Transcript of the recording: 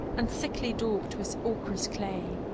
and thickly daubed with ochreous clay.